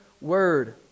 word